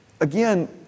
again